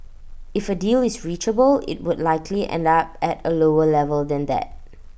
if A deal is reachable IT would likely end up at A lower level than that